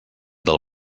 del